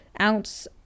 ounce